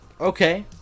okay